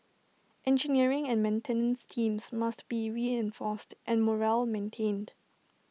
engineering and maintenance teams must be reinforced and morale maintained